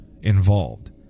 involved